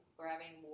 grabbing